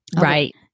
Right